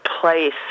place